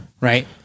Right